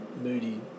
moody